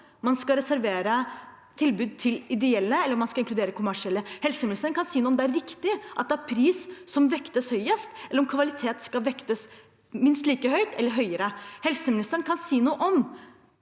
man skal reservere tilbud for ideelle, eller om man skal inkludere kommersielle. Helseministeren kan si noe om hvorvidt det er riktig at det er pris som vektes høyest, eller om kvalitet skal vektes minst like høyt eller høyere. Helseministeren kan si noe om